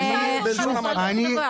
שנייה, שנייה, ינון, ינון.